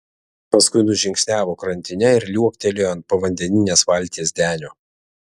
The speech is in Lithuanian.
paskui nužingsniavo krantine ir liuoktelėjo ant povandeninės valties denio